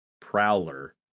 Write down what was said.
Prowler